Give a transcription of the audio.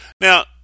Now